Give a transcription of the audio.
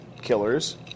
Killers